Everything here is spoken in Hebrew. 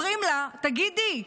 אומרים לה, תגידי,